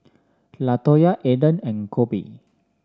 Latoya Aiden and Koby